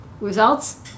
results